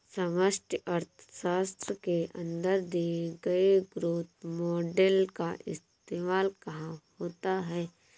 समष्टि अर्थशास्त्र के अंदर दिए गए ग्रोथ मॉडेल का इस्तेमाल कहाँ होता है?